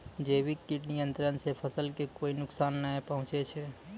जैविक कीट नियंत्रण सॅ फसल कॅ कोय नुकसान नाय पहुँचै छै